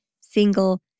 single